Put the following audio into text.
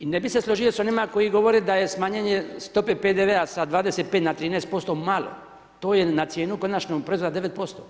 I ne bi se složio s onima koji govore da je smanjenje stope PDV-a sa 25 na 13% malo, to je na cijenu konačnog proizvoda 9%